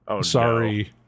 sorry